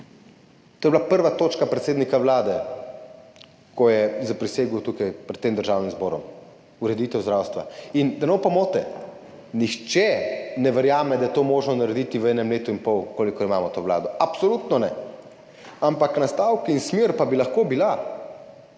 to je bila prva točka predsednika Vlade, ko je zaprisegel tukaj pred Državnim zborom, ureditev zdravstva. In da ne bo pomote, nihče ne verjame, da je to možno narediti v enem letu in pol, kolikor imamo to vlado, absolutno ne, ampak nastavek in smer pa bi lahko bila,